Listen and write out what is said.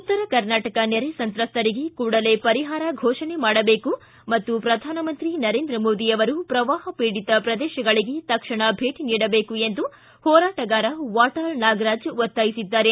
ಉತ್ತರ ಕರ್ನಾಟಕ ನೆರೆ ಸಂತ್ರಸ್ತರಿಗೆ ಕೂಡಲೇ ಪರಿಹಾರ ಘೋಷಣೆ ಮಾಡಬೇಕು ಮತ್ತು ಪ್ರಧಾನಮಂತ್ರಿ ನರೇಂದ್ರ ಮೋದಿ ಅವರು ಪ್ರವಾಹ ಪೀಡಿತ ಪ್ರದೇಶಗಳಿಗೆ ತಕ್ಷಣ ಭೇಟ ನೀಡಬೇಕು ಎಂದು ಹೋರಾಟಗಾರ ವಾಟಾಳ್ ನಾಗರಾಜ್ ಒತ್ತಾಯಿಸಿದ್ದಾರೆ